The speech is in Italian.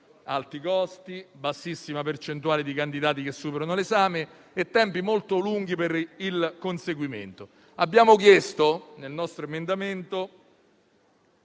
(alti costi, bassissima percentuale di candidati che superano l'esame e tempi molto lunghi per il conseguimento). Abbiamo proposto in via emendativa,